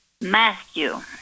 Matthew